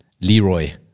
Leroy